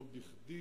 לא בכדי